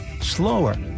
slower